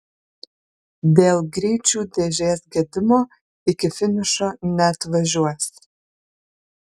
dėl greičių dėžės gedimo iki finišo neatvažiuos